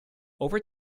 over